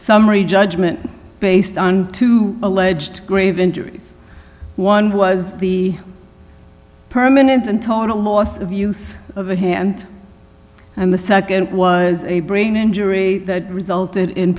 summary judgment based on two alleged grave injuries one was the permanent and total loss of use of a hand and the nd was a brain injury that resulted in